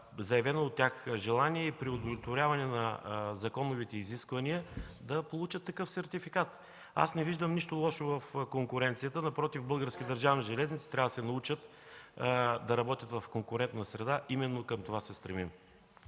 заявено от тях желание и при удовлетворяване на законовите изисквания да получат такъв сертификат. Аз не виждам нищо лошо в конкуренцията, напротив Български държавни железници трябва да се научат да работят в конкурентна среда. Именно към това се стремим.